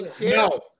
no